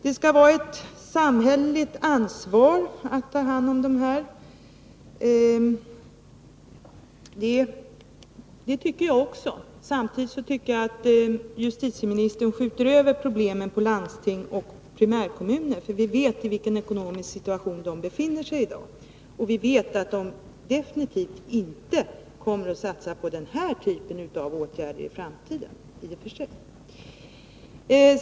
Det skall vara ett samhälleligt ansvar att ta hand om dessa män, sades det. Det tycker jag också. Samtidigt tycker jag att justitieministern skjuter över problemen på landstingen och primärkommunerna. Vi vet i vilken ekonomisk situation de befinner sig i i dag, och vi vet att de definitivt inte kommer att satsa på den här typen av åtgärder i framtiden.